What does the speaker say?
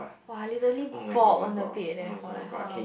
!wah! I literally bawled on the bed leh for like how long